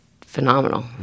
phenomenal